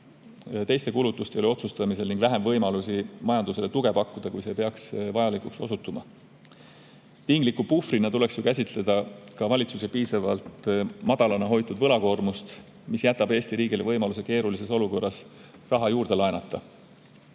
teiste kulutuste üle otsustada ning vähem võimalusi majandusele tuge pakkuda, kui see peaks vajalikuks osutuma. Tingliku puhvrina tuleks käsitleda ka valitsuse piisavalt madalana hoitud võlakoormust, mis jätab Eesti riigile võimaluse keerulises olukorras raha juurde laenata.